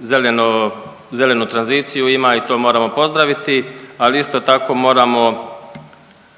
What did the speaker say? zeleno, zelenu tranziciju ima i to moramo pozdraviti, ali isto tako moramo